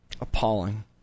appalling